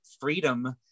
freedom